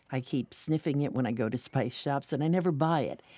i keep sniffing it when i go to spice shops and i never buy it.